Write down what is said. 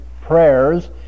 prayers